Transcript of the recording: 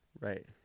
Right